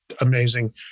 amazing